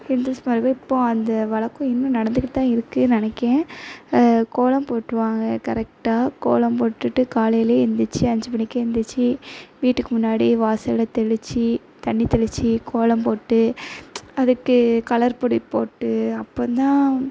Hindus மரபில் இப்பவும் அந்த வழக்கம் இன்னும் நடந்துக்கிட்டு தான் இருக்குன்னு நெனைக்கேன் கோலம் போட்டுருவாங்க கரெக்டாக கோலம் போட்டுட்டு காலையிலேயே எழுந்திரிச்சி அஞ்சு மணிக்கே எழுந்திரிச்சி வீட்டுக்கு முன்னாடி வாசல் தெளித்து தண்ணி தெளித்து கோலம் போட்டு அதுக்கு கலர் பொடி போட்டு அப்பந்தான்